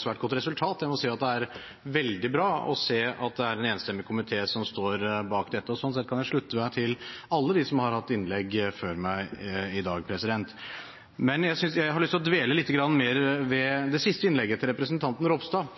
svært godt resultat. Jeg må si at det er veldig bra å se at det er en enstemmig komité som står bak dette, og sånn sett kan jeg slutte meg til alle dem som har hatt innlegg før meg i dag. Men jeg har lyst å dvele litt ved det siste innlegget, representanten